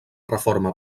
reforma